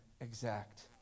exact